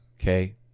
Okay